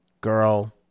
girl